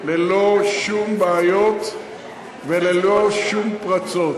ללא שום בעיות וללא שום פרצות.